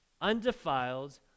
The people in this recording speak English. undefiled